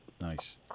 Nice